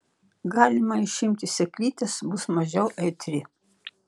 galima išimti sėklytes bus mažiau aitri